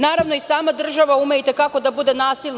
Naravno, i sama država ume i te kako da bude nasilna.